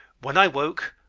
when i woke,